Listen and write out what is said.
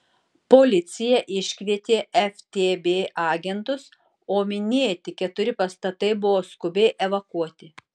policija iškvietė ftb agentus o minėti keturi pastatai buvo skubiai evakuoti